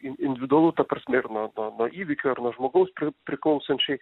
in individualu ta prasme ir nuo nuo įvykio ir nuo žmogaus pri priklausančiai